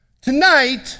Tonight